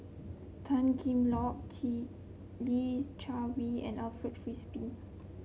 Tan Cheng Lock Li Jiawei and Alfred Frisby